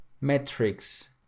metrics